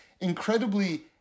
incredibly